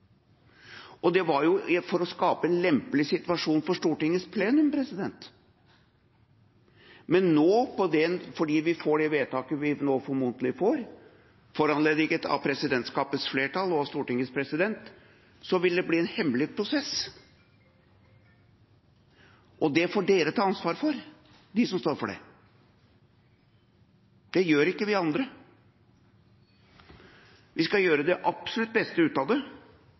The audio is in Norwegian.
av. Sånn var det. Det var for å skape en lempelig situasjon for Stortingets plenum. Men nå, fordi vi får det vedtaket vi formodentlig får, foranlediget av presidentskapets flertall og av Stortingets president, vil det bli en hemmelig prosess. Det får dere ta ansvar for, som står for det. Det gjør ikke vi andre. Vi skal gjøre det absolutt beste ut av det,